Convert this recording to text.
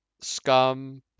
Scum